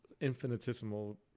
infinitesimal